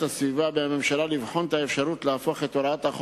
הסביבה מהממשלה לבחון את האפשרות להפוך את הוראות החוק,